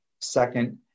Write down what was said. Second